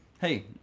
hey